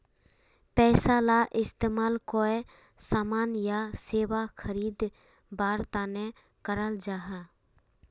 पैसाला इस्तेमाल कोए सामान या सेवा खरीद वार तने कराल जहा